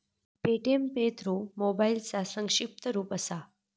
Paytm pay through मोबाईलचा संक्षिप्त रूप असा